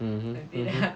mmhmm mmhmm